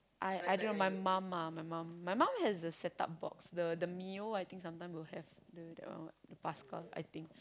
I I don't know my mum ah my mum my mum has the set up box the the the Mio I think sometime will have the that one what the Pascal I think